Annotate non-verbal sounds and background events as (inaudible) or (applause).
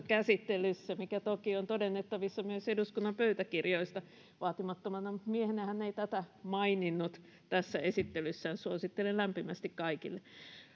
(unintelligible) käsittelyssä mikä toki on todennettavissa myös eduskunnan pöytäkirjoista vaatimattomana miehenä hän ei tätä maininnut tässä esittelyssään suosittelen lämpimästi kaikille